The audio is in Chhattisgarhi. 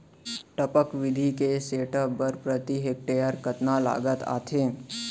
टपक विधि के सेटअप बर प्रति हेक्टेयर कतना लागत आथे?